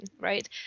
right